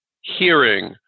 hearing